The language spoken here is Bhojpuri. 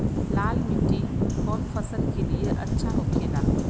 लाल मिट्टी कौन फसल के लिए अच्छा होखे ला?